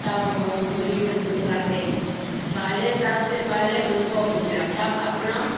तब गीत गूत गाते हैं पहले सबसे पहले उनको पूजो तब अपना